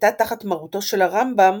שהייתה תחת מרותו של הרמב"ם